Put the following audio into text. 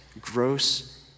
gross